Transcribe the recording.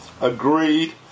agreed